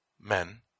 men